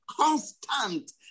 constant